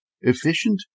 efficient